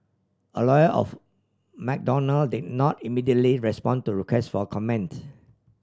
a lawyer of Madonna did not immediately respond to request for comments